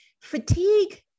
Fatigue